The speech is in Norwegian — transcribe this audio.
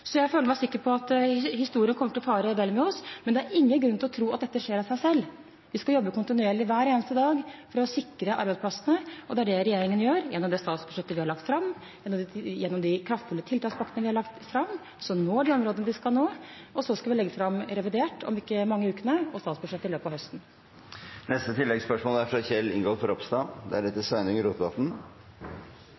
Så jeg føler meg sikker på at historien kommer til å fare vel med oss. Men det er ingen grunn til å tro at dette skjer av seg selv. Vi skal jobbe kontinuerlig hver eneste dag for å sikre arbeidsplassene. Det er det regjeringen gjør gjennom det statsbudsjettet vi har lagt fram, gjennom de kraftfulle tiltakspakkene vi har lagt fram, som når de områdene de skal nå, og så skal vi legge fram revidert nasjonalbudsjett om ikke mange ukene og statsbudsjettet til høsten. Kjell Ingolf Ropstad – til oppfølgingsspørsmål. Utfordringene som vi ser nå, er